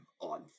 on